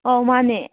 ꯑꯥꯎ ꯃꯥꯅꯦ